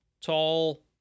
tall